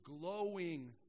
glowing